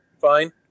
fine